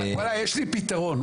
יש לי פתרון,